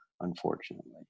unfortunately